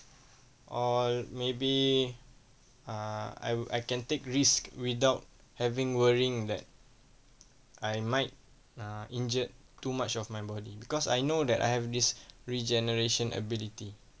or maybe uh I wo~ I can take risks without having worrying that I might uh injured too much of my body because I know that I have this regeneration ability